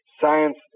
Science